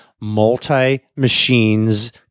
multi-machines